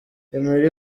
emery